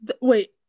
wait